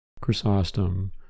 Chrysostom